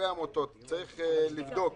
צריך לבדוק